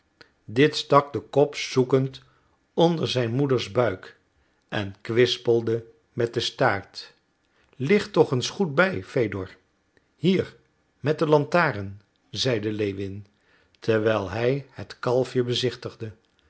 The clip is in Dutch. dit stak den kop zoekend onder zijn moeders buik en kwispelde met den staart licht toch eens goed bij fedor hier met de lantaarn zeide lewin terwijl hij het kalf bezichtigde